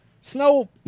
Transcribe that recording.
Snow